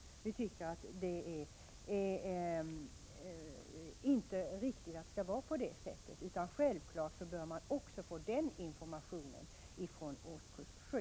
Jag tycker inte det är riktigt. Självfallet bör man också få den informationen från årskurs 7.